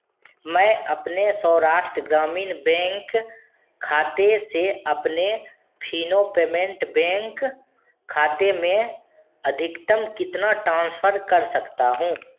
मैं अपने सौराष्ट्र ग्रामीण बैंक खाते से अपने फिनो पेमेंट्स बैंक खाते में अधिकतम कितना ट्रांसफ़र कर सकता हूँ